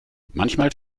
manchmal